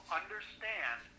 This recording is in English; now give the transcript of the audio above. understand